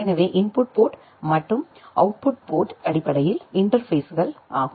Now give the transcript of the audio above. எனவே input port மற்றும் output port அடிப்படையில் இன்டர்பேஸ்கள் ஆகும்